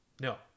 No